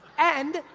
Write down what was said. and,